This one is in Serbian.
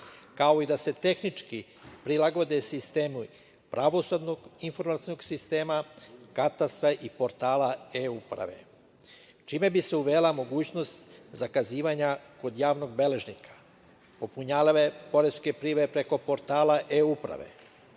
kao i da se tehnički prilagode sistemi pravosudnog informacionog sistema, katastra i portala e-uprave, čime bi se uvela mogućnost zakazivanja kod javnog beležnika, popunjavale poreske prijave preko portala e-uprave. Takođe,